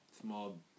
small